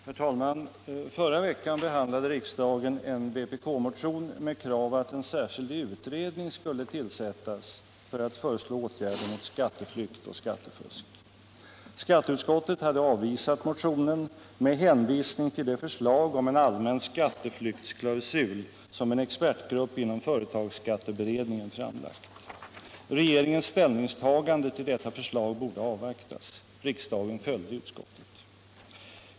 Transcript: Herr talman! Förra veckan behandlade riksdagen en vpk-motion med krav på att en särskild utredning skulle tillsättas för att föreslå åtgärder mot skattefusk och skatteflykt. Skatteutskottet hade avvisat motionen med hänvisning till det förslag om en allmän skatteflyktsklausul som en expertgrupp inom företagsskatteberedningen framlagt. Regeringens ställningstagande till detta förslag borde avvaktas, sades det. Riksdagen följde utskottet.